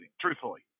truthfully